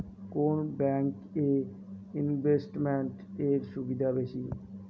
কোন ব্যাংক এ ইনভেস্টমেন্ট এর সুবিধা বেশি?